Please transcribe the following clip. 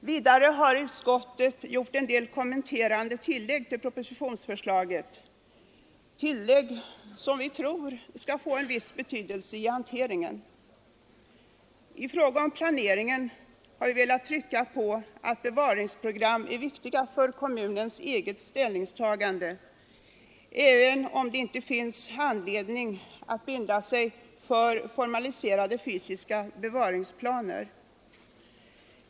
Vidare har utskottet gjort en del kommenterande tillägg till propositionsförslaget, tillägg som vi tror skall få viss betydelse i hanteringen. I fråga om planeringen har vi velat trycka på att bevaringsprogram är viktiga för kommunernas eget ställningstagande, även om det inte finns anledning att binda sig för formaliserade fysiska bevaringsplaner.